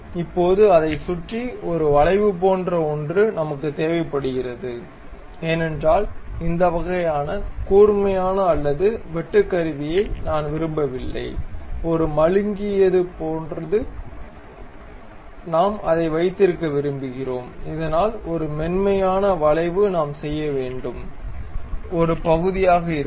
இப்போது அதைச் சுற்றி ஒரு வளைவு போன்ற ஒன்று நமக்குத் தேவைப்படுகிறது ஏனென்றால் இந்த வகையான கூர்மையான அல்லது வெட்டுக்கருவியை நாம் விரும்பவில்லை ஒரு மழுங்கியதைப் போன்றது நாம் அதை வைத்திருக்க விரும்புகிறோம் இதனால் ஒரு மென்மையான வளைவு நாம் செய்ய வேண்டிய ஒரு பகுதியாக இருக்கும்